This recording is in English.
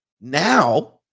Now